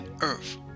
earth